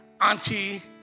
auntie